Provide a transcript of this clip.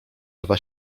dwa